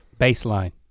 Baseline